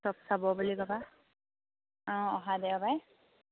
চব চাব বুলি কবা অঁ অহা দেওবাৰে